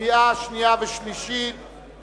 קריאה שנייה וקריאה שלישית.